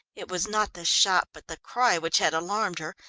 it was not the shot, but the cry which had alarmed her,